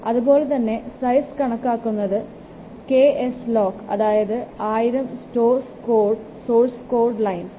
അതുപോലെതന്നെ സൈസ് കണക്കാക്കുന്നത് KSLOC അതായത് 1000 സോഴ്സ് കോഡ് ലൈനുകൾ